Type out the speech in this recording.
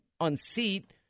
unseat